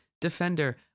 defender